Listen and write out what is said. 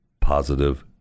positive